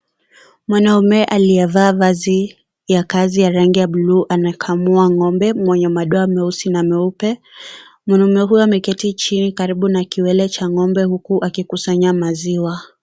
Mwanaume aliyevaa vazi ya kazi ya rangi ya bluu anakamua ngombe mwenye madoa meusi na meupe . Mwanaume huyu ameketi chini karibu na kiwele cha ngombe huku akikusanya maziwa.